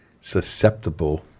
susceptible